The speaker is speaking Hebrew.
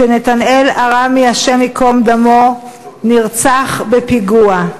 שנתנאל עראמי, השם ייקום דמו, נרצח בפיגוע.